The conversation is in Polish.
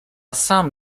sam